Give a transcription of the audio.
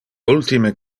ultime